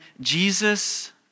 Jesus